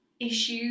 issues